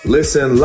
Listen